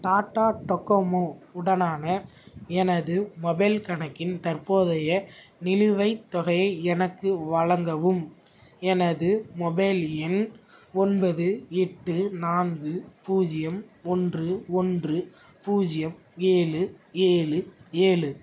Tata Docomo உடனான எனது mobile கணக்கின் தற்போதைய நிலுவைத் தொகையை எனக்கு வழங்கவும் எனது மொபைல் எண் ஒன்பது எட்டு நான்கு பூஜ்ஜியம் ஒன்று ஒன்று பூஜ்ஜியம் ஏழு ஏழு ஏழு